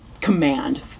command